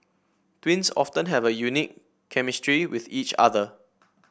twins often have a unique chemistry with each other